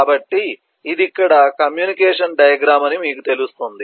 కాబట్టి ఇది ఇక్కడ కమ్యూనికేషన్ డయాగ్రమ్ అని మీకు తెలుస్తుంది